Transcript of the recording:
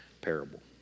parable